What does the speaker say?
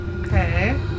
Okay